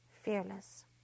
fearless